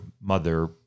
mother